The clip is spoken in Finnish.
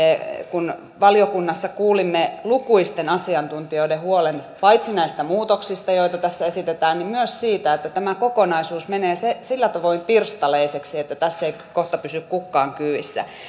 valiokunnassa kuulimme lukuisten asiantuntijoiden huolen paitsi näistä muutoksista joita tässä esitetään myös siitä että tämä kokonaisuus menee sillä tavoin pirstaleiseksi että tässä ei kohta pysy kukaan kyydissä